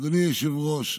אדוני היושב-ראש,